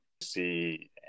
see